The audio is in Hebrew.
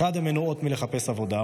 מחד גיסא הן מנועות מלחפש עבודה,